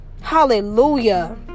hallelujah